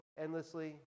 endlessly